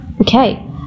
Okay